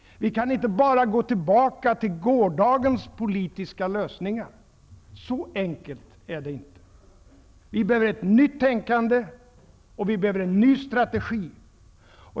Vi kan inte bara gå tillbaka till gårdagens politiska lösningar — så enkelt är det inte. Vi behöver ett nytt tänkande och en ny strategi.